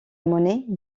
monnaie